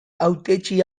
hautetsi